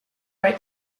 write